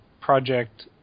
project